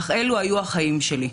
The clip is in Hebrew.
אך אלו היו החיים שלי.